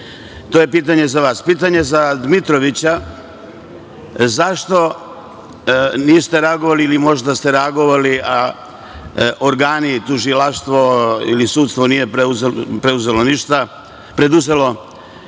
To je pitanje za vas. Pitanje za Dmitrovića - zašto niste reagovali ili možda se reagovali, a organi i tužilaštvo ili sudstvo nije preduzelo ništa da